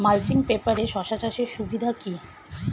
Mulching পেপারে শসা চাষের সুবিধা কি?